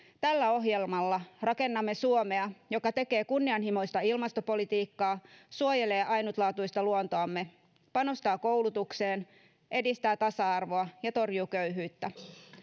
tällä ohjelmalla rakennamme suomea joka tekee kunnianhimoista ilmastopolitiikkaa suojelee ainutlaatuista luontoamme panostaa koulutukseen edistää tasa arvoa ja torjuu köyhyyttä